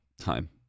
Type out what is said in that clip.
time